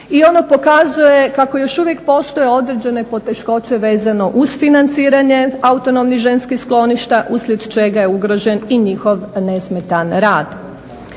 I ono pokazuje kako još uvijek postoje određene poteškoće vezano uz financiranje autonomnih ženskih skloništa uslijed čega je ugrožen i njihov nesmetan rad.